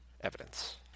evidence